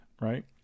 right